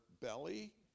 belly